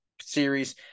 series